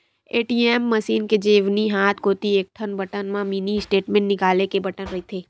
ATM machine के जेवनी हाथ कोती एकठन बटन म मिनी स्टेटमेंट निकाले के बटन रहिथे